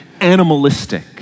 animalistic